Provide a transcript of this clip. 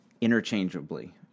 interchangeably